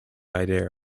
idea